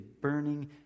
burning